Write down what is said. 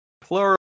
Plural